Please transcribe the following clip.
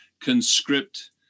conscript